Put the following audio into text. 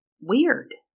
weird